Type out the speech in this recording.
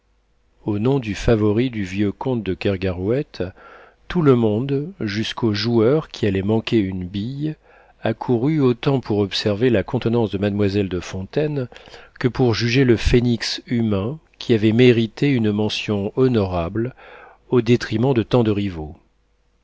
au nom du favori du vieux comte de kergarouët tout le monde jusqu'au joueur qui allait manquer une bille accourut autant pour observer la contenance de mademoiselle de fontaine que pour juger le phénix humain qui avait mérité une mention honorable au détriment de tant de rivaux